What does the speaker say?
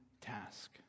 task